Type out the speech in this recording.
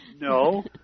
no